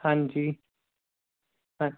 ਹਾਂਜੀ ਹਾਂ